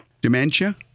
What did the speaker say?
Dementia